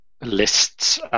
lists